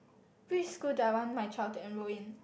which school do I want my child to enroll in